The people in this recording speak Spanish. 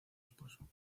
esposo